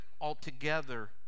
altogether